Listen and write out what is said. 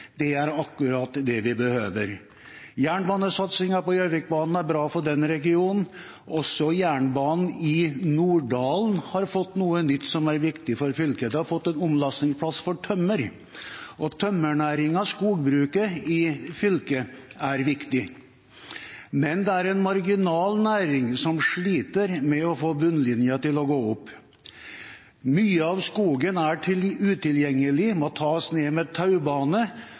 Det er akkurat det vi behøver. Jernbanesatsingen på Gjøvikbanen er bra for den regionen. Også jernbanen i Norddalen har fått noe nytt som er viktig for fylket – den har fått en omlastingsplass for tømmer. Tømmernæringen, skogbruket, i fylket er viktig, men det er en marginal næring, som sliter med å få bunnlinjen til å gå opp. Mye av skogen er utilgjengelig, den må tas ned med taubane